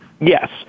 Yes